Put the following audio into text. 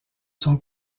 son